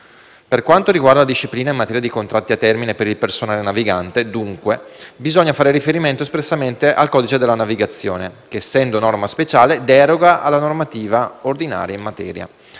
Per quanto riguarda la disciplina in materia di contratti a termine per il personale navigante, dunque, bisogna fare riferimento espressamente al codice della navigazione, che essendo norma speciale deroga alla normativa ordinaria in materia.